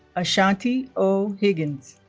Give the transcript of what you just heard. ashanti o. higgins